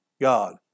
God